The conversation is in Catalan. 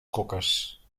coques